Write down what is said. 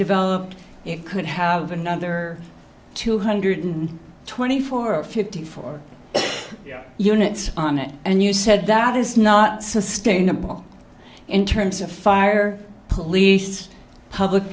developed it could have another two hundred twenty four or fifty four units on it and you said that is not sustainable in terms of fire police public